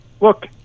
Look